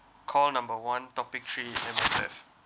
call number one topic three M_S_F